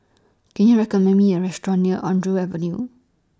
Can YOU recommend Me A Restaurant near Andrew Avenue